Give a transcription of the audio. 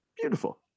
Beautiful